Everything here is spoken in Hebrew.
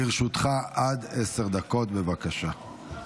לרשותך עד עשר דקות, בבקשה.